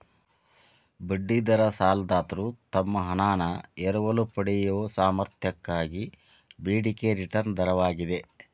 ಬಡ್ಡಿ ದರ ಸಾಲದಾತ್ರು ತಮ್ಮ ಹಣಾನ ಎರವಲು ಪಡೆಯಯೊ ಸಾಮರ್ಥ್ಯಕ್ಕಾಗಿ ಬೇಡಿಕೆಯ ರಿಟರ್ನ್ ದರವಾಗಿದೆ